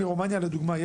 מרומניה לדוגמה,